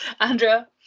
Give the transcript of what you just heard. Andrea